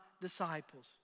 disciples